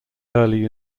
early